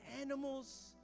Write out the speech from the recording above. animals